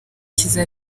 kizaba